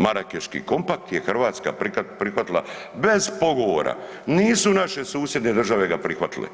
Marakeški komapkt je Hrvatska prihvatila bez pogovora, nisu naše susjedne države ga prihvatile,